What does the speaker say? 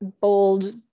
bold